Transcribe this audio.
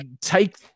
take